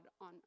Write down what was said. on